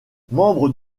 membre